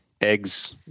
eggs